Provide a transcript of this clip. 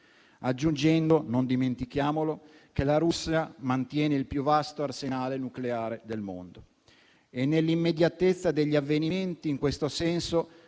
aggiungendo - non dimentichiamolo - che la Russia mantiene il più vasto arsenale nucleare del mondo. Nell'immediatezza degli avvenimenti, in questo senso,